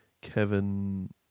Kevin